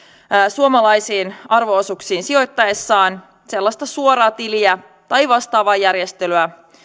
suomalaisiin arvo osuuksiin sijoittaessaan sellaista suoraa tiliä tai vastaavaa järjestelyä